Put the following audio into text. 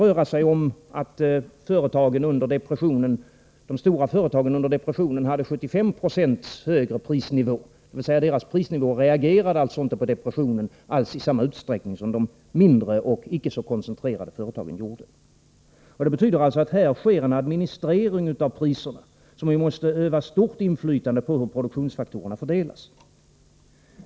De stora företagen kunde under depressionen ha 75 9 högre priser, dvs. deras priser reagerade inte på depressionen i samma utsträckning som de mindre och icke så koncentrerade företagens priser. Här sker alltså en administrering av priserna, som måste öva stort inflytande på hur produktionsfaktorerna fördelas.